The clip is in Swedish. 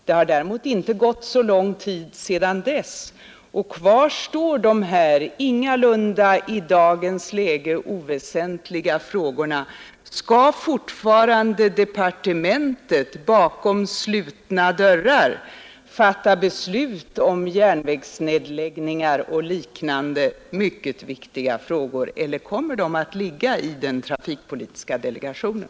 Det har däremot inte gått så lång tid sedan dess, och kvar står mina i dagens läge ingalunda oväsentliga frågor. Skall fortfarande departementet bakom stängda dörrar fatta beslut om järnvägsnedläggningar och liknande mycket viktiga frågor, eller kommer dessa att handläggas av trafikpolitiska delegationen?